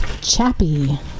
Chappie